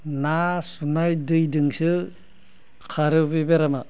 ना सुनाय दैदोंसो खारो बे बेरामा